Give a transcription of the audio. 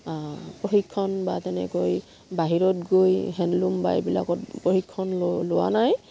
প্ৰশিক্ষণ বা তেনেকৈ বাহিৰত গৈ হেণ্ডলুম বা এইবিলাকত প্ৰশিক্ষণ লোৱা নাই